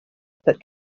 that